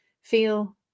feel